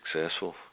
successful